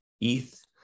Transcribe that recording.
ETH